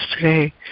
today